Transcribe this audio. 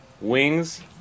Wings